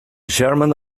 sherman